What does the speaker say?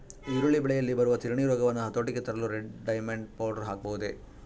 ಈರುಳ್ಳಿ ಬೆಳೆಯಲ್ಲಿ ಬರುವ ತಿರಣಿ ರೋಗವನ್ನು ಹತೋಟಿಗೆ ತರಲು ರೆಡ್ ಡೈಮಂಡ್ ಪೌಡರ್ ಹಾಕಬಹುದೇ?